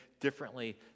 differently